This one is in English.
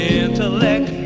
intellect